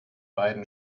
beiden